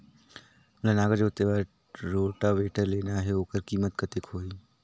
मोला नागर जोते बार रोटावेटर लेना हे ओकर कीमत कतेक होही?